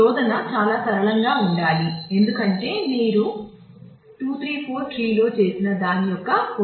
శోధన చాలా సరళంగా ఉండాలి ఎందుకంటే ఇది మీరు 2 3 4 ట్రీలో చేసిన దాని యొక్క పొడిగింపు